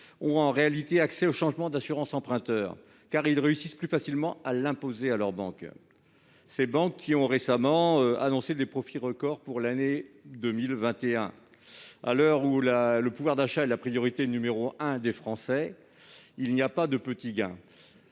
la faculté de changer d'assurance emprunteur. Ils réussissent plus facilement à l'imposer à leurs banques, celles-là mêmes qui ont récemment annoncé des profits record pour l'année 2021. À l'heure où le pouvoir d'achat est la priorité numéro un des Français, il n'y a pas de petit gain.